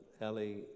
Ellie